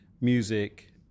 music